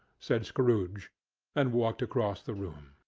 said scrooge and walked across the room.